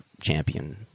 champion